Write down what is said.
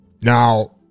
Now